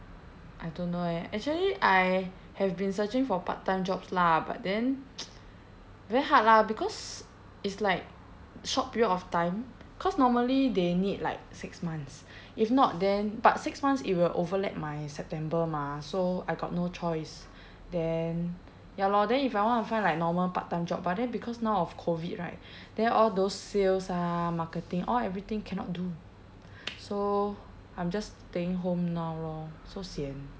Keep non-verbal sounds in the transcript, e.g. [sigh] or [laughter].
I don't know eh actually I have been searching for part time jobs lah but then [noise] very hard lah because it's like short period of time cause normally they need like six months if not then but six months it will overlap my september mah so I got no choice then ya lor then if I want to find like normal part time job but then because now of COVID right then all those sales ah marketing all everything cannot do so I'm just staying home now lor so sian